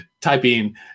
typing